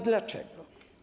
Dlaczego?